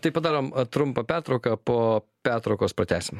tai padarom trumpą pertrauką po pertraukos pratęsim